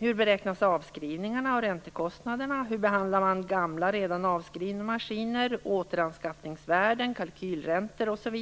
Hur beräknas avskrivningarna, räntekostnaderna, hur behandlas gamla, redan avskrivna maskiner, återanskaffningsvärden, kalkylräntor osv?